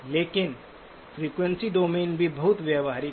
लेकिन frequency domain भी बहुत व्यावहारिक है